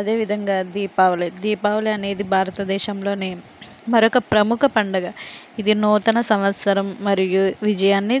అదేవిధంగా దీపావళి దీపావళి అనేది భారతదేశంలోనే మరొక ప్రముఖ పండుగ ఇది నూతన సంవత్సరం మరియు విజయాన్ని